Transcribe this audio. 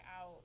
out